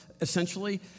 essentially